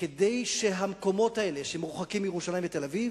כדי שהמקומות האלה, שמרוחקים מירושלים ומתל-אביב,